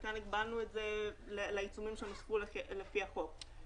וכאן הגבלנו את זה לעיצומים שנוספו לפי החוק.